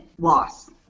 loss